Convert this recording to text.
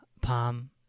palm